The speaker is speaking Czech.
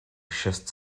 šest